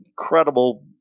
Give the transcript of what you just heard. incredible